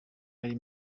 ari